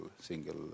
single